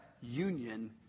union